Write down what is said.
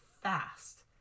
fast